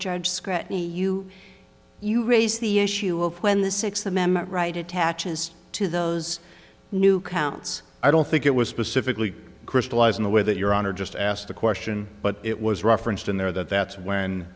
judge scrutiny you you raise the issue of when the sixth amendment right attaches to those new counts i don't think it was specifically crystallized in a way that your honor just asked the question but it was referenced in there that that's when